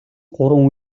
гурван